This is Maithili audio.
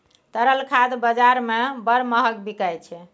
तरल खाद बजार मे बड़ महग बिकाय छै